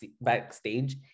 backstage